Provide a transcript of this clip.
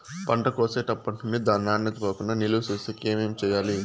పంట కోసేటప్పటినుండి దాని నాణ్యత పోకుండా నిలువ సేసేకి ఏమేమి చేయాలి?